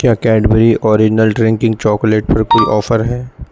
کیا Cadbury original drinking chocolate پر کوئی آفر ہے